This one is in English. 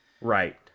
Right